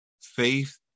faith